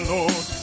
Lord